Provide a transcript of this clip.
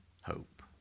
Hope